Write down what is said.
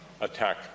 attack